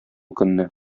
көнне